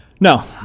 No